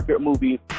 movie